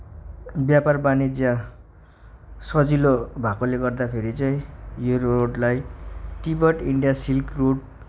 व्यापार वाणिज्य सजिलो भएकोले गर्दाखेरि चाहिँ यो रुटलाई तिब्बत इन्डिया सिल्क रुट